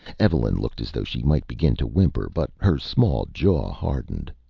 evelyn looked as though she might begin to whimper but her small jaw hardened.